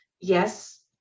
yes